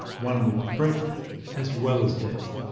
one with breadth as well as depth.